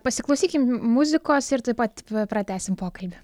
pasiklausykim muzikos ir tuoj pat pratęsim pokalbį